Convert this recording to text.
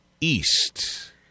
east